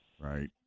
Right